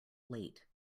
late